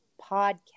podcast